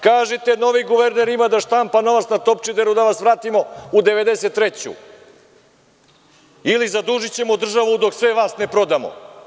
Kažite – novi guverner ima da štampa novac na Topčideru da vas vratimo u 1993. godinu ili zadužićemo državu dok sve vas ne prodamo.